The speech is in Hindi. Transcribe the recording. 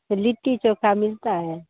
त लिट्टी चोखा मिलता है